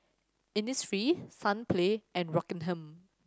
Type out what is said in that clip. Innisfree Sunplay and Rockingham